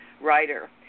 writer